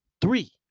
Three